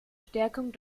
stärkung